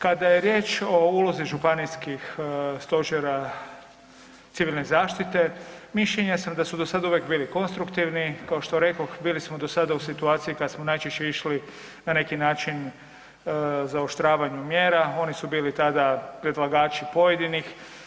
Kada je riječ o ulozi županijskih stožera civilne zaštite mišljenja sam da su do sad uvijek bili konstruktivni, kao što rekoh bili smo do sada u situaciji kad smo najčešće išli na neki način zaoštravanju mjera, oni su bili tada predlagači pojedinih.